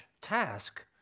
task